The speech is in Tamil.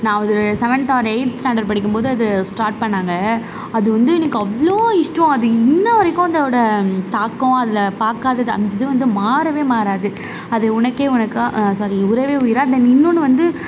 நான் அது ஒரு சவன்த் ஆர் எயித்து ஸ்டேண்டர்ட் படிக்கும்போது அது ஸ்டாட் பண்ணிணாங்க அது வந்து எனக்கு அவ்வளோ இஷ்டம் அது இன்னி வரைக்கும் அதோட தாக்கம் அதில் பார்க்காதது அந்த இது வந்து மாறவே மாறாது அது உனக்கே உனக்கா சாரி உறவே உயிரா தென் இன்னொன்று வந்து